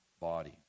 body